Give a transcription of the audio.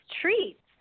treats